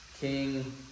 King